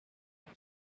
who